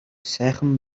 сайхан